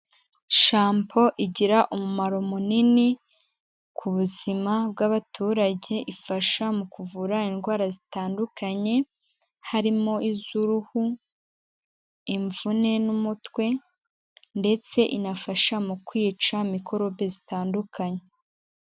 Shampoo igira umumaro munini ku buzima bw'abaturage, ifasha mu kuvura indwara zitandukanye, harimo iz'uruhu, imvune n'umutwe ndetse inafasha mu kwica mikorobe zitandukanye.